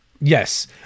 Yes